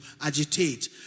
agitate